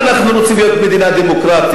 אם אנחנו רוצים להיות מדינה דמוקרטית,